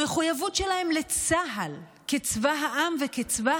המחויבות שלהם לצה"ל כצבא העם וכצבא